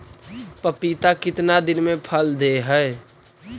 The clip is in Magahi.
पपीता कितना दिन मे फल दे हय?